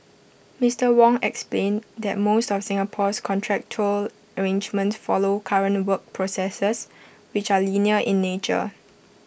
Mister Wong explained that most of Singapore's contractual arrangements follow current work processes which are linear in nature